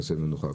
נעשה מנוחה.